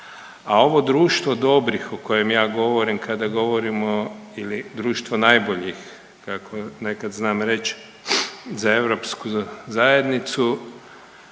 a ovo društvo dobrih o kojem ja govorim kada govorimo ili društvo najboljih kako nekad znam reći za europsku zajednicu